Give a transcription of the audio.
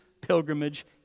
pilgrimage